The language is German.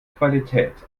qualität